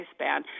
lifespan